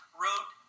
wrote